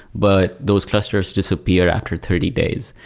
but those clusters disappear after thirty days.